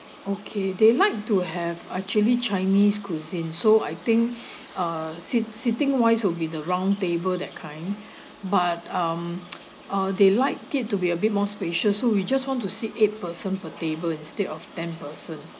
okay they like to have actually chinese cuisine so I think uh sit sitting wise will be the roundtable that kind but um or they like it to be a bit more spacious so we just want to sit eight person per table instead of ten person